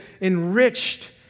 enriched